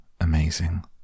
amazing